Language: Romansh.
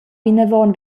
vinavon